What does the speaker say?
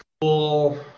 cool